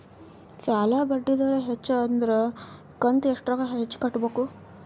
ಸಾಲಾ ಬಡ್ಡಿ ದರ ಹೆಚ್ಚ ಆದ್ರ ಕಂತ ಎಷ್ಟ ರೊಕ್ಕ ಹೆಚ್ಚ ಕಟ್ಟಬೇಕು?